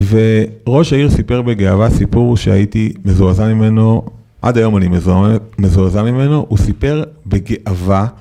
וראש העיר סיפר בגאווה סיפור שהוא שהייתי מזועזע ממנו עד היום אני מזועזע ממנו הוא סיפר בגאווה